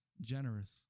generous